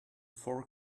four